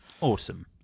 Awesome